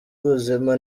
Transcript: ubuzima